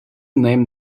name